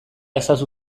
ezazu